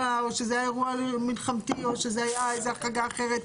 או שזה היה אירוע מלחמתי או היה איזה החרגה אחרת.